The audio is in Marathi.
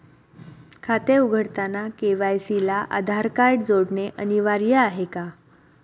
खाते उघडताना के.वाय.सी ला आधार कार्ड जोडणे अनिवार्य आहे का?